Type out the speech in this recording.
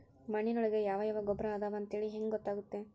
ಮಣ್ಣಿನೊಳಗೆ ಯಾವ ಯಾವ ಗೊಬ್ಬರ ಅದಾವ ಅಂತೇಳಿ ಹೆಂಗ್ ಗೊತ್ತಾಗುತ್ತೆ?